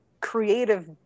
creative